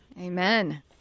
Amen